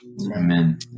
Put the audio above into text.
Amen